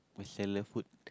vegetarian food